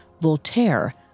Voltaire